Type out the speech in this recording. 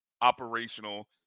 operational